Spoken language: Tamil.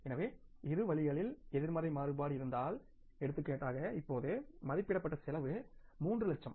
எனவே இரு வழிகளிலும் எதிர்மறை மாறுபாடு இருந்தால் எடுத்துக்காட்டாக இப்போது மதிப்பிடப்பட்ட செலவு 3 லட்சம்